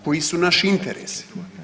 Koji su naši interesi?